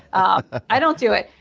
ah i don't do it.